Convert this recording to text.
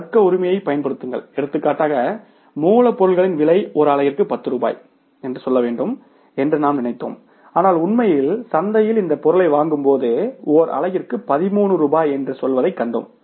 தர்க்க உரிமையைப் பயன்படுத்துங்கள் எடுத்துக்காட்டாக மூலப்பொருளின் விலை ஒரு அலகிற்கு 10 ரூபாய் என்று சொல்ல வேண்டும் என்று நாம் நினைத்தோம் ஆனால் உண்மையில் சந்தையில் இருந்து பொருளை வாங்கும்போது ஒரு அலகிற்கு 13 ரூபாய் என்று சொல்வதைக் கண்டோம்